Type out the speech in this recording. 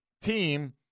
team